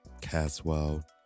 Caswell